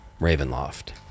Ravenloft